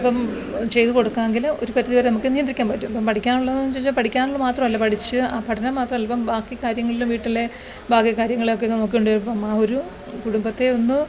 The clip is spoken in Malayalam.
ഇപ്പം ചെയ്ത് കൊടുക്കാമെങ്കിൽ ഒരു പരിധിവരെ നമുക്കിത് നിയന്ത്രിക്കാന് പറ്റും ഇപ്പം പഠിക്കാനുള്ളത് എന്ന് ചോദിച്ചാല് പഠിക്കാനുള്ള മാത്രമല്ല പഠിച്ച് ആ പഠനം മാത്രമല്ല ഇപ്പം ബാക്കി കാര്യങ്ങളിലും വീട്ടിലെ ബാക്കി കാര്യങ്ങളെയൊക്കെ നോക്കേണ്ടി വരും അപ്പം ആ ഒരു കുടുംബത്തെ ഒന്ന്